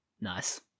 nice